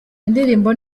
indirimbo